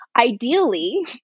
ideally